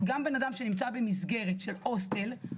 גם אדם שנמצא במסגרת של הוסטל,